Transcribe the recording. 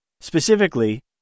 specifically